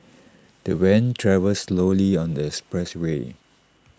the van travelled slowly on the expressway